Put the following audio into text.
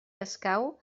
escau